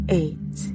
eight